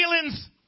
feelings